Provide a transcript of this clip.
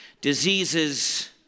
diseases